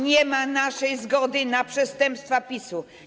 Nie ma naszej zgody na przestępstwa PiS-u.